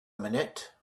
minute